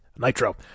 Nitro